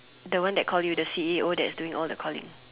the one that call you the C_E_O that's doing all the calling